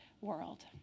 world